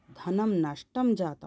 धनं नष्टं जातं